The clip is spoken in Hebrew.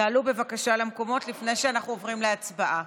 תעלו בבקשה למקומות לפני שאנחנו עוברים להצבעה.